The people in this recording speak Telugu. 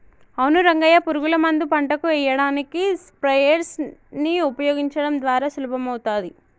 అవును రంగయ్య పురుగుల మందు పంటకు ఎయ్యడానికి స్ప్రయెర్స్ నీ ఉపయోగించడం ద్వారా సులభమవుతాది